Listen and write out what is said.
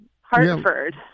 Hartford